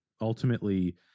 Ultimately